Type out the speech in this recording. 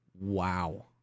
wow